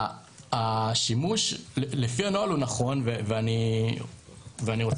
השימוש לפי הנוהל הוא נכון ואני רוצה